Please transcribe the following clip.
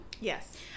Yes